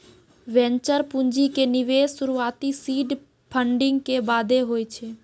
venture पूंजी के निवेश शुरुआती सीड फंडिंग के बादे होय छै